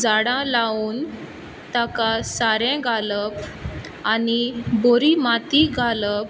झाडां लावून ताका सारें घालप आनी बरी माती घालप